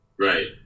Right